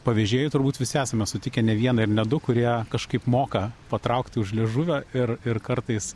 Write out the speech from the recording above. pavėžėjų turbūt visi esame sutikę ne vieną ir ne du kurie kažkaip moka patraukti už liežuvio ir ir kartais